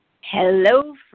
Hello